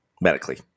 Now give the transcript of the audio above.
Medically